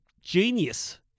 genius